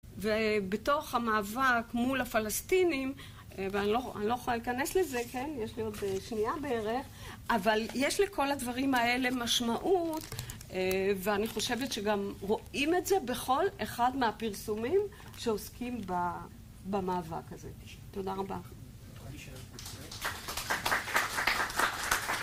ובתוך המאבק מול הפלסטינים ואני לא יכולה להיכנס לזה, יש לי עוד שנייה בערך, אבל יש לכל הדברים האלה משמעות ואני חושבת שגם רואים את זה בכל אחד מהפרסומים שעוסקים במאבק הזה. תודה רבה.